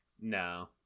No